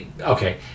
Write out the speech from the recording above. Okay